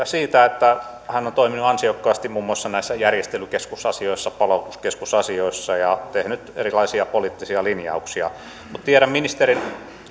siitä että hän on toiminut ansiokkaasti muun maussa näissä järjestelykeskusasioissa palautuskeskusasioissa ja tehnyt erilaisia poliittisia linjauksia tiedän ministerin